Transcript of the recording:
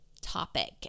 topic